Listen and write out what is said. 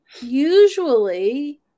usually